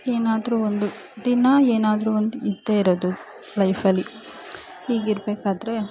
ಏನಾದರೂ ಒಂದು ದಿನ ಏನಾದರೂ ಒಂದು ಇದ್ದೇ ಇರೋದು ಲೈಫಲ್ಲಿ ಹೀಗಿರಬೇಕಾದ್ರೆ